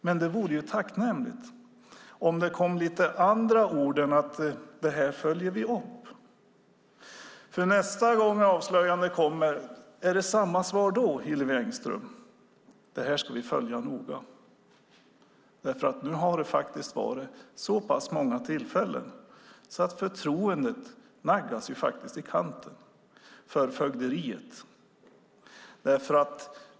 Men det vore tacknämligt om det kom lite andra ord än bara tal om att man ska följa upp det. Nästa gång avslöjanden kommer, blir det samma svar då, Hillevi Engström - alltså att man ska följa det noga? Nu har det skett vid så många tillfällen att förtroendet för ditt fögderi naggas i kanten.